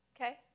Okay